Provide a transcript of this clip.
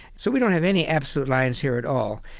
so we don't have any absolute lines here at all.